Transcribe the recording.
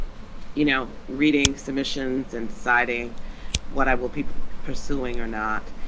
you know, reading submissions and deciding what i will, people pursuing or not.